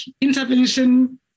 intervention